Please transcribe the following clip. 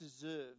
deserve